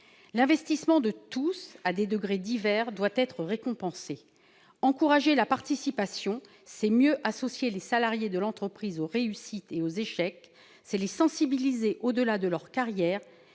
L'investissement de tous, à des degrés divers, doit être récompensé. Encourager la participation, c'est mieux associer les salariés de l'entreprise aux réussites et aux échecs ; c'est les sensibiliser, au-delà de leur carrière,